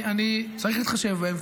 צריך להתחשב בהם,